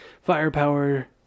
firepower